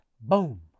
Boom